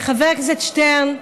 האלוף שטרן,